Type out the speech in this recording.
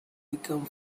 become